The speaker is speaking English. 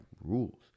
rules